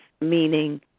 meaning